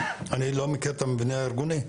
אני לא מכיר את המבנה הארגוני,